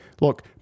Look